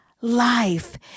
life